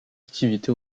activité